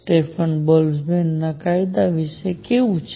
Stefan બોલ્ટ્ઝમેનના કાયદા વિશે કેવું છે